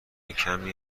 کمی